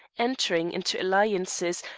entering into alliances,